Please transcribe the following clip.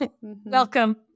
welcome